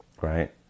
right